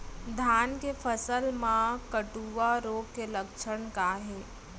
धान के फसल मा कटुआ रोग के लक्षण का हे?